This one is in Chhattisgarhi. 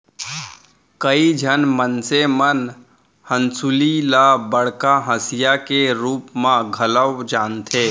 कइ झन मनसे मन हंसुली ल बड़का हँसिया के रूप म घलौ जानथें